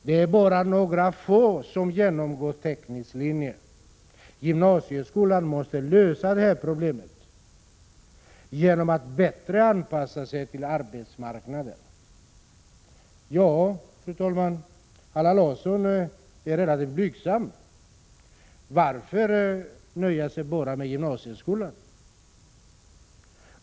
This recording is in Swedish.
Det är bara några få som genomgår teknisk linje, och gymnasieskolan måste lösa detta problem genom att bättre anpassa sig till arbetsmarknaden. Allan Larsson är, fru talman, relativt blygsam. Varför nöja sig med bara gymnasieskolan?